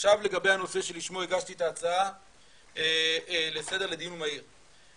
עכשיו לגבי הנושא שלשמו הגשתי את ההצעה לסדר לדיון מהיר.